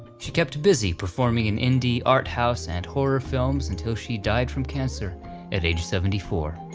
she kept busy performing an indie, arthouse, and horror films until she died from cancer at age seventy four.